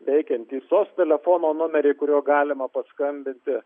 veikiantį sos telefono numerį kuriuo galima paskambinti